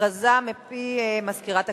הודעה מפי מזכירת הכנסת.